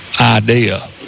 idea